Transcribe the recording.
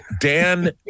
Dan